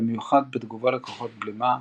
במיוחד בתגובה לכוחות בלימה,